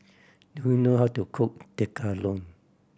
do you know how to cook Tekkadon